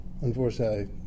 Unfortunately